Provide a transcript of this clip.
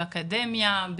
באקדמיה,